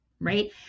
right